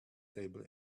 table